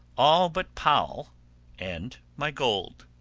all but poll and my gold.